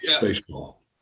baseball